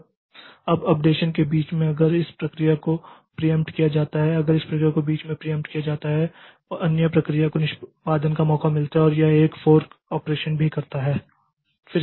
अब अपडेशन के बीच में अगर इस प्रक्रिया को प्रीयेंप्ट किया जाता है अगर इस प्रक्रिया को बीच में प्रीयेंप्ट किया जाता है और एक अन्य प्रक्रिया को निष्पादन का मौका मिलता है और यह एक फोर्क ऑपरेशन भी करता है